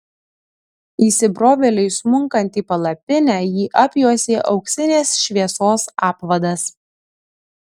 įsibrovėliui smunkant į palapinę jį apjuosė auksinės šviesos apvadas